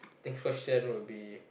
next question would be